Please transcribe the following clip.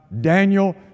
Daniel